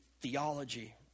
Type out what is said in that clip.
theology